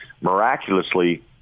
miraculously